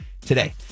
today